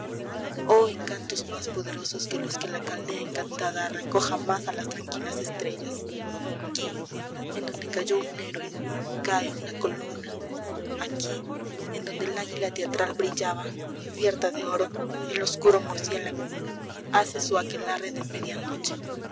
oh encantos más poderosos que los que la caldea encantada arrancó jamás a las tranquilas estrellas aquí en donde cayó un héroe cae una columna aquí en donde el águila teatral brillaba cubierta de oro el oscuro murciélago hace su aquelarre de media noche